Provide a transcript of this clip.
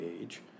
age